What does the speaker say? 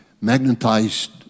magnetized